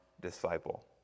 disciple